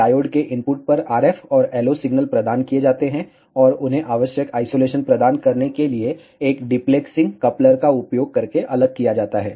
diode के input पर RF और LO सिग्नल प्रदान किए जाते हैं और उन्हें आवश्यक आइसोलेशन प्रदान करने के लिए एक डिपलेक्सिंग कपलर का उपयोग करके अलग किया जाता है